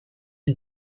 and